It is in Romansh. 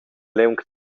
liung